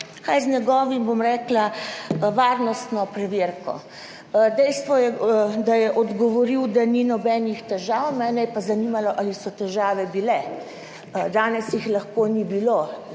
je z njegovim, bom rekla, varnostno preverko. Dejstvo je, da je odgovoril, da ni nobenih težav, mene je pa zanimalo ali so težave bile. Danes jih lahko ni bilo,